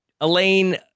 Elaine